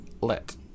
Let